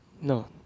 No